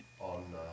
on